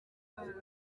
kaminuza